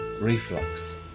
reflux